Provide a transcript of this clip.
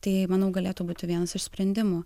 tai manau galėtų būti vienas iš sprendimų